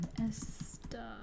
Esther